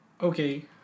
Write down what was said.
okay